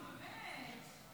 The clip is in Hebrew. נו באמת.